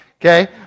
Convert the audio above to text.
Okay